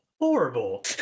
horrible